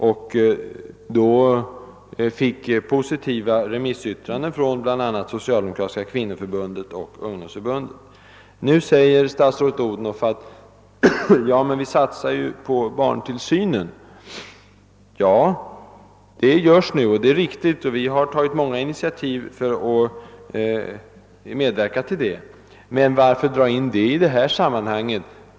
Förslaget fick positiva remissyttranden från bl.a. socialdemokratiska kvinnoförbundet och ungdomsförbundet. Statsrådet Odhnoff säger: »Ja, men vi satsar på barntillsynen». Ja, det sker nu, och det är riktigt. Vi har tagit många initiativ för att medverka härtill. Men varför dra in den saken i det ta sammanhang?